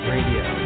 Radio